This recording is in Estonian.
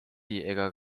ega